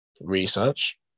research